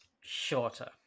shorter